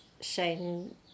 Shane